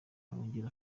arongera